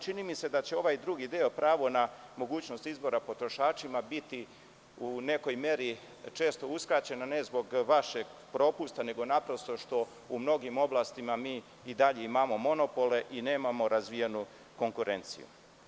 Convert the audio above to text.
Čini mi se da će ovaj drugi deo, pravo na mogućnost izbora, potrošačima biti u nekoj meri često uskraćeno, ne zbog vašeg propusta, nego naprosto što u mnogim oblastima mi i dalje imamo monopole i nemamo razvijenu konkurenciju.